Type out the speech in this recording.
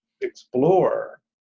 explore